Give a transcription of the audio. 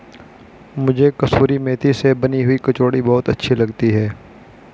मुझे कसूरी मेथी से बनी हुई कचौड़ी बहुत अच्छी लगती है